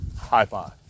high-five